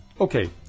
Okay